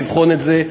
לבחון את זה,